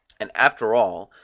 and after all,